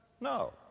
No